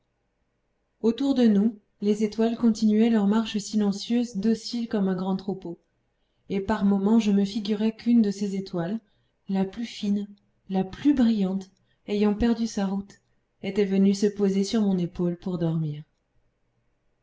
autour de nous les étoiles continuaient leur marche silencieuse dociles comme un grand troupeau et par moments je me figurais qu'une de ces étoiles la plus fine la plus brillante ayant perdu sa route était venue se poser sur mon épaule pour dormir